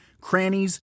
crannies